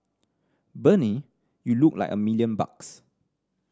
Bernie you look like a million bucks